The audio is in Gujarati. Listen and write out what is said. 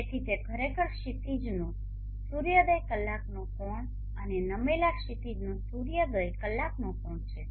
તેથી તે ખરેખર ક્ષિતિજનો સૂર્યોદય કલાકનો કોણ અને નમેલા ક્ષિતિજનો સૂર્યોદય કલાકનો કોણ છે